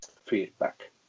feedback